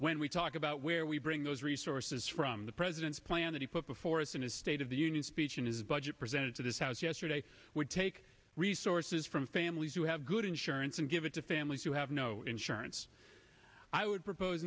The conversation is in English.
when we talk about where we bring those resources from the president's plan that he put before us in his state of the union speech in his budget presented to this house yesterday would take resources from families who have good insurance and give it to families who have no insurance i would propose